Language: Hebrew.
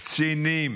קצינים